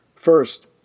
First